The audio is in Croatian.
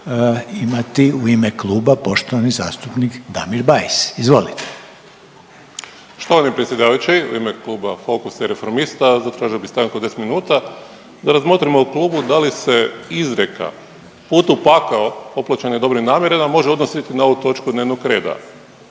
imati u ime Kluba poštovani zastupnik Damir BAjs. Izvolite. **Bajs, Damir (Fokus)** Štovani predsjedavajući. U ime kluba Fokus i Reformista zatražio bi stanku od 10 minuta da razmotrimo u klubu da li se izreka put u pakao popločen je dobrim namjerama može odnositi na ovu točku dnevnog reda.